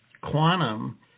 quantum